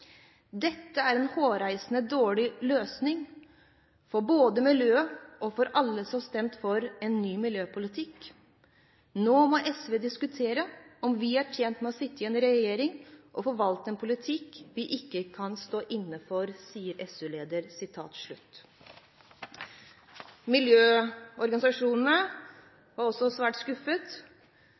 er en hårreisende dårlig løsning for både miljøet og alle som har stemt for en ny miljøpolitikk. Nå må SV diskutere om vi er tjent med å sitte i en regjering og forvalte en politikk vi ikke kan stå inne for.» Miljøorganisasjonene var også svært skuffet. Naturvernforbundets leder,